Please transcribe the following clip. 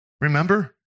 Remember